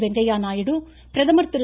வெங்கய்யா நாயுடு பிரதமர் திரு